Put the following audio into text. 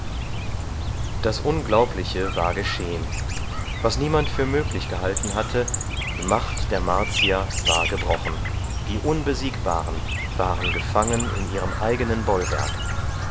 das unglaubliche war geschehen was niemand für möglich gehalten hatte die macht der martier war gebrochen die unbesiegbaren waren gefangen in ihrem eigenen bollwerk